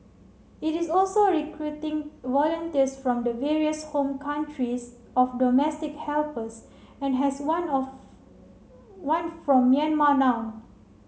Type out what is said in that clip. it is also recruiting volunteers from the various home countries of domestic helpers and has one of one from Myanmar now